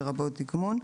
לרבות דגמון.